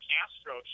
Castro